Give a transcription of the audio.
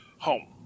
Home